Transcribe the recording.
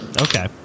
Okay